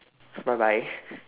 bye bye